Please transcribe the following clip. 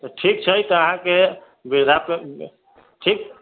तऽ ठीक छै तऽ अहाँके वृद्धा ठीक